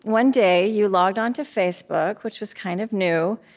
one day, you logged onto facebook, which was kind of new,